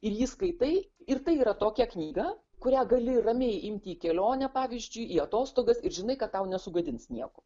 ir jį skaitai ir tai yra tokia knyga kurią gali ramiai imti į kelionę pavyzdžiui į atostogas ir žinai kad tau nesugadins nieko